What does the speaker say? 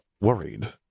worried